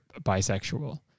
bisexual